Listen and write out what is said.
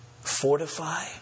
fortify